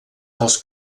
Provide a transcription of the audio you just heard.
dels